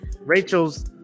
Rachel's